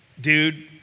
dude